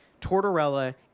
Tortorella